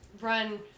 run